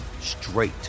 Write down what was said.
straight